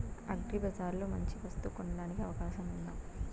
అగ్రిబజార్ లో మంచి వస్తువు కొనడానికి అవకాశం వుందా?